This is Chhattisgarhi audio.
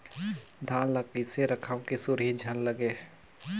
धान ल कइसे रखव कि सुरही झन लगे?